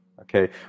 Okay